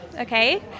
okay